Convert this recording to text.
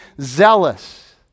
zealous